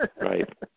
Right